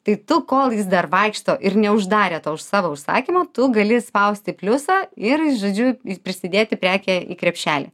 tai tu kol jis dar vaikšto ir neuždarėt to savo užsakymo tu gali spausti pliusą ir jis žodžiu prisidėti prekė į krepšelį